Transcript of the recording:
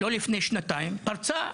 לא לפני שנתיים אלא לפני